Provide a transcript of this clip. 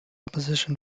opposition